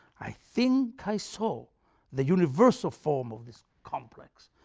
i think i saw the universal form of this complex,